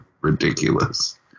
ridiculous